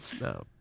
No